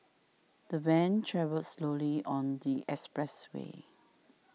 the van travelled slowly on the expressway